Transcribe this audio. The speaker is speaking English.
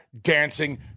dancing